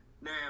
Now